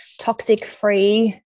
toxic-free